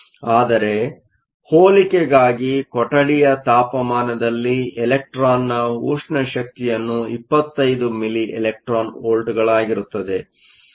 ಆದರೆ ಹೋಲಿಕೆಗಾಗಿ ಕೊಠಡಿಯ ತಾಪಮಾನದಲ್ಲಿ ಎಲೆಕ್ಟ್ರಾನ್ ನ ಉಷ್ಣ ಶಕ್ತಿಯನ್ನು 25 ಮಿಲಿ ಎಲೆಕ್ಟ್ರಾನ್ ವೋಲ್ಟ್ಗಳಾಗಿರುತ್ತದೆ